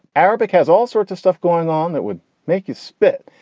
arabic has all sorts of stuff going on that would make you spit.